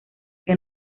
que